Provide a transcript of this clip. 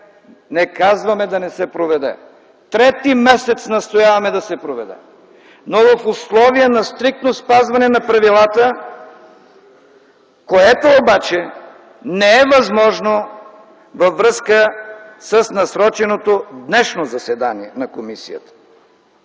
не казваме да не се проведе, трети месец настояваме да се проведе, но в условия на стриктно спазване на правилата, което обаче не е възможно във връзка с насроченото днешно заседание на комисията